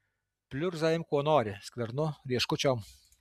pliurzą imk kuo nori skvernu rieškučiom